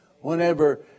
Whenever